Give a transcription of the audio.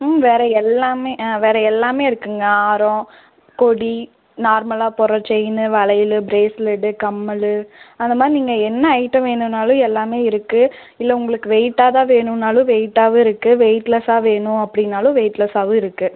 ம் வேறு எல்லாமே ஆ வேறு எல்லாமே இருக்குதுங்க ஆரம் கொடி நார்மலாக போடுகிற செயினு வளையல் ப்ரேஸ்லெட்டு கம்மல் அந்த மாதிரி நீங்கள் என்ன ஐட்டம் வேணுனாலும் எல்லாமே இருக்குது இதில் உங்களுக்கு வெயிட்டாக தான் வேணுனாலும் வெயிட்டாகவும் இருக்குது வெயிட்லெஸ்ஸாக வேணும் அப்படினாலும் வெயிட்லெஸ்ஸாகவும் இருக்குது